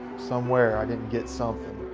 somewhere i didn't get something.